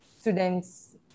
students